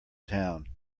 town